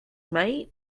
mate